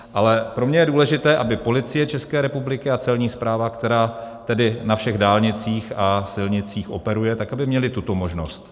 Ale pro mě je důležité, aby Policie České republiky a Celní správa, která tedy na všech dálnicích a silnicích operuje, aby měli tuto možnost.